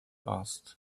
asked